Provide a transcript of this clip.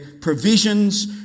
provisions